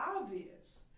obvious